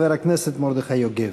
חבר הכנסת מרדכי יוגב.